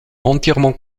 entièrement